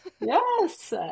yes